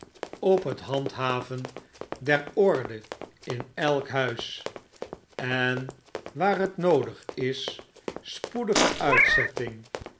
op het handhaven der orde in elk huis en waar het noodig is spoedige uitzetting